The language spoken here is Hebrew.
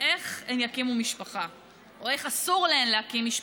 איך הן יקימו משפחה או איך אסור להן להקים משפחה.